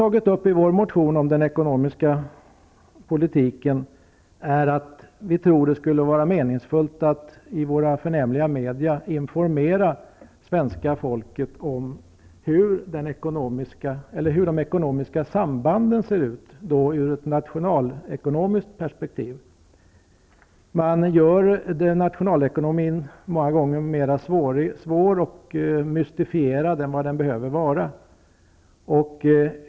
Vi har i vår motion om den ekonomiska politiken framhållit att det skulle vara meningsfullt att i de förnämliga medierna informera svenska folket om hur de ekonomiska sambanden ser ut i ett nationalekonomiskt perspektiv. Man gör många gånger nationalekonomin mera svår och mystifik än den behöver vara.